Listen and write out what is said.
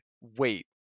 wait